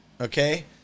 okay